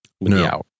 No